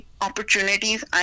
opportunities